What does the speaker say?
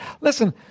Listen